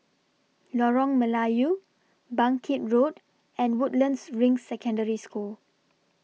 Lorong Melayu Bangkit Road and Woodlands Ring Secondary School